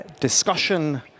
discussion